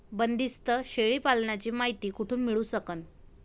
बंदीस्त शेळी पालनाची मायती कुठून मिळू सकन?